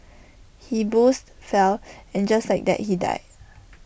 he boozed fell and just like that he died